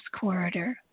corridor